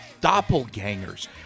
doppelgangers